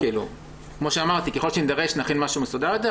ככל שנידרש נכין משהו מסודר יותר.